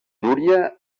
núria